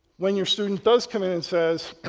when your student does come in and says,